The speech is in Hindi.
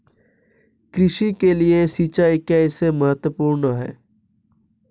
कृषि के लिए सिंचाई कैसे महत्वपूर्ण है?